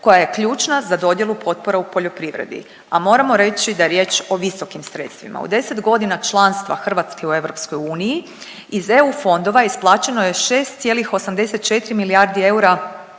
koja je ključna za dodjelu potpora u poljoprivredi, a moramo reći da je riječ o visokim sredstvima. U 10 godina članstva Hrvatske u EU iz EU fondova isplaćeno je 6,84 milijardi eura